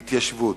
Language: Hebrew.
התיישבות,